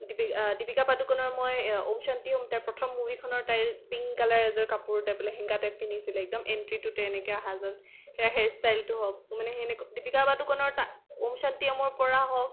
দীপি দীপিকা পাডুকানৰ মই ঔম শান্তি ঔমৰ তাইৰ প্ৰথম মুভিখনৰ তাইৰ পিংক কালাৰ এযোৰ কাপোৰ টাইপ লেহেংগা টাইপ পিন্ধিছিলে একদম এণ্ট্ৰীটোতে এনেকৈ অহা যে সেই হেয়াৰ ষ্টাইলটো হওক মানে সেনেক্ দীপিকা পাডুকনৰ তা ঔম শান্তি ঔমৰ পৰা হওক